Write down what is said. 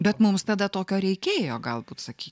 bet mums tada tokio reikėjo galbūt sakyk